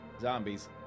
zombies